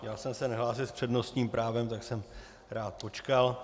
Já jsem se nehlásil s přednostním právem, tak jsem rád počkal.